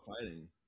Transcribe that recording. fighting